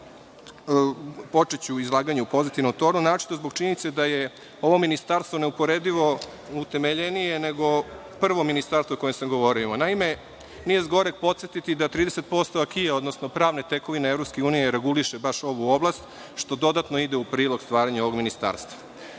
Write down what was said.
počeću izlaganje u pozitivnom tonu, naročito zbog činjenice da je ovo ministarstvo neuporedivo utemeljenije, nego prvo ministarstvo o kojem sam govorio. Naime, nije zgoreg podsetiti da 30% AKI-e, odnosno pravne tekovine EU reguliše baš ovu oblast, što dodatno ide u prilog stvaranju ovog ministarstva. Imajući